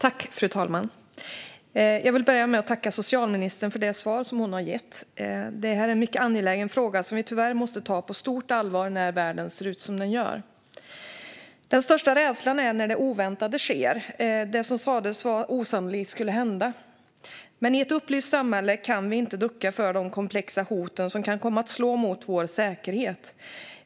Fru talman! Jag vill börja med att tacka socialministern för det svar som hon har gett. Detta är en mycket angelägen fråga som vi tyvärr måste ta på stort allvar när världen ser ut som den gör. Den största rädslan handlar om att det oväntade sker, det som sas vara osannolikt. Men i ett upplyst samhälle kan vi inte ducka för de komplexa hot som kan komma att slå mot vår säkerhet.